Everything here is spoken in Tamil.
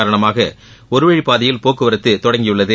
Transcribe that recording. காரணமாக ஒருவழிப்பாதையில் போக்குவரத்து தொடங்கியுள்ளது